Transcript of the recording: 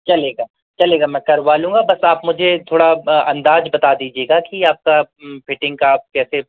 चलेगा चलेगा मैं करवा लूँगा बस आप मुझे थोड़ा अंदाज़ बता दीजिएगा कि आपका फिटिंग का आप कैसे